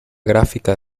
gráfica